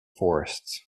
forests